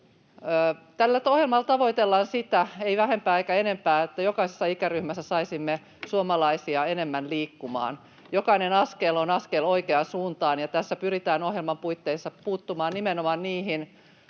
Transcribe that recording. Tällä ohjelmalla tavoitellaan sitä — ei vähempää eikä enempää — että jokaisessa ikäryhmässä saisimme suomalaisia enemmän liikkumaan. Jokainen askel on askel oikeaan suuntaan, ja tässä pyritään ohjelman puitteissa puuttumaan nimenomaan niihin